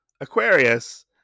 aquarius